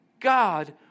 God